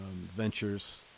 Ventures